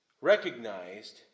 recognized